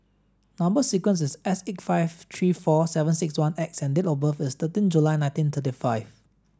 number sequence is S eight five three four seven six one X and date of birth is thirteen July nineteen thirty five